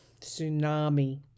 tsunami